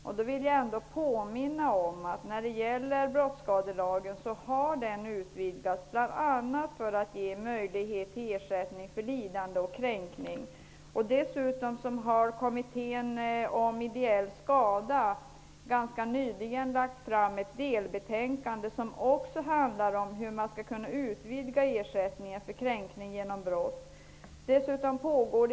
Jag vill ändå påminna om att brottsskadelagen har utvidgats, bl.a. för att ge möjlighet till ersättning för lidande och kränkning. Dessutom har Kommittén om ideell skada ganska nyligen lagt fram ett delbetänkande som också handlar om hur man skall kunna utvidga ersättningen för kränkning genom brott.